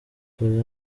dore